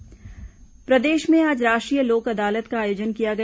राष्ट्रीय लोक अदालत प्रदेश में आज राष्ट्रीय लोक अदालत का आयोजन किया गया